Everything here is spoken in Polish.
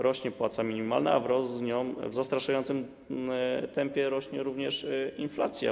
Rośnie płaca minimalna, ale wraz z nią w zastraszającym tempie rośnie również inflacja.